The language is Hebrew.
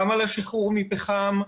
גם על השחרור מפחם,